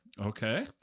Okay